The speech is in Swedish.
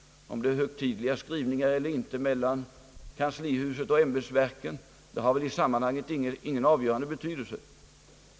Om det är högtidliga skrivningar eller inte mellan kanslihuset och ämbetsverken har väl i sammanhanget ingen avgörande betydelse.